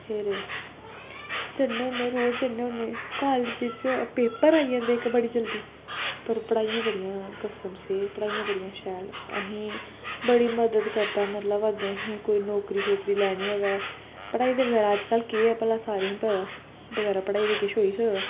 फिर जन्ने होन्ने रोज जन्ने होन्ने कालेज च पेपर आई जंदे इक बड़ी जल्दी पर पढ़ाइयां बड़ियां कसम से पढ़ाइयां बड़ियां शैल अहें बड़ी मदद करदा मतलब अग्गें अहें कोई नौकरी शोकरी लैनी अगर पढ़ाई दे बगैर अजकल भला केह् ऐ भला सारें गी पता बगैरा पढ़ाई दे किश होई सकदा